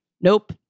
nope